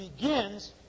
begins